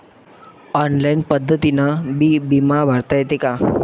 Online पद्धतीनं बी बिमा भरता येते का?